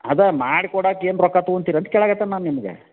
ಅದು ಮಾಡ್ಕೊಡಕ್ಕೆ ಏನು ರೊಕ್ಕ ತೊಗೊಂತೀರ ಅಂತ ಕೇಳಕತ್ತೀನಿ ನಾನು ನಿಮಗೆ